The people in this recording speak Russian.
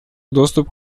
доступ